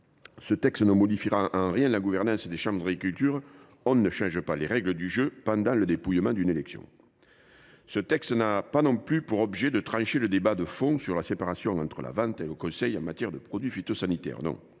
ce texte ne modifiera en rien la gouvernance des chambres d’agriculture, car on ne change pas les règles du jeu pendant le dépouillement d’un scrutin. Ce texte n’a pas non plus pour objet de trancher le débat de fond sur la séparation entre la vente et le conseil en matière de produits phytosanitaires. Non